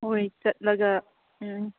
ꯍꯣꯏ ꯆꯠꯂꯒ ꯎꯝ